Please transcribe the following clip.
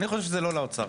אני חושב שזה לא לאוצר.